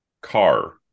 car